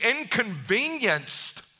inconvenienced